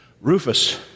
Rufus